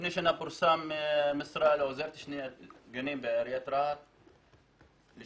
לפני שנה פורסמה משרה בעיריית רהט לשישים